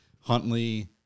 Huntley